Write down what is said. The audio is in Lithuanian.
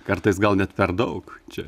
kartais gal net per daug čia